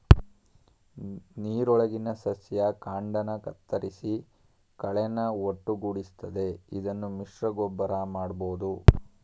ನೀರೊಳಗಿನ ಸಸ್ಯ ಕಾಂಡನ ಕತ್ತರಿಸಿ ಕಳೆನ ಒಟ್ಟುಗೂಡಿಸ್ತದೆ ಇದನ್ನು ಮಿಶ್ರಗೊಬ್ಬರ ಮಾಡ್ಬೋದು